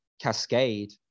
cascade